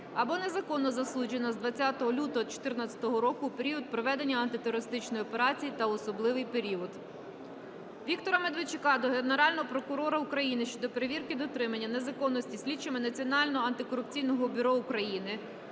або незаконно засуджена з 20 лютого 2014 року – у період проведення антитерористичної операції та у особливий період. Віктора Медведчука до Генерального прокурора України щодо перевірки дотримання законності слідчими Національного антикорупційного бюро України